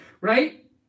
right